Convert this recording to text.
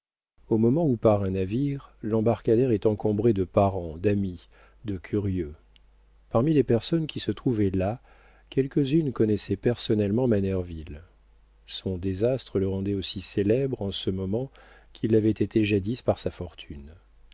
au moment où part un navire l'embarcadère est encombré de parents d'amis de curieux parmi les personnes qui se trouvaient là quelques-unes connaissaient personnellement manerville son désastre le rendait aussi célèbre en ce moment qu'il l'avait été jadis par sa fortune